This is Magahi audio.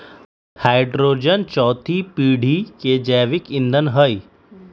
हैड्रोजन चउथी पीढ़ी के जैविक ईंधन हई